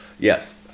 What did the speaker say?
Yes